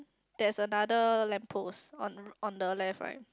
there's another lamp post on on the left right